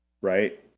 right